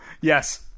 Yes